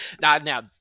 Now